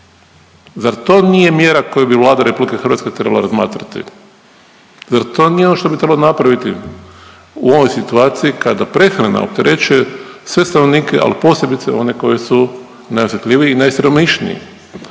Zar to nije mjera koju bi Vlada RH trebala razmatrati? Zar to nije ono što bi trebalo napraviti u ovoj situaciji kada prehrana opterećuje sve stanovnike, ali posebice one koji su najosjetljiviji i najsiromašniji.